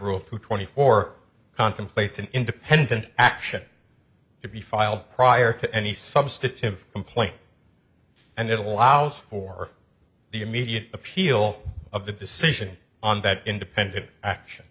rule two twenty four contemplates an independent action to be filed prior to any substantive complaint and it allows for the immediate appeal of the decision on that independent action